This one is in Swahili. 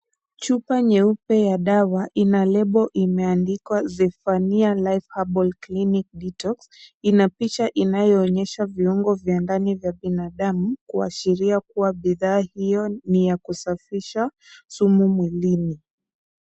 Chupa nyeupe ya dawa ina lebo imeandikwa Zephania Life Herbal Clinic Detox . Ina picha inayoonyesha viungo vya ndani ya binadamu kuashiria bidhaa hiyo ni ya kusafisha sumu mwilini.